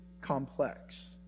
complex